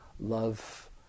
love